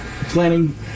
planning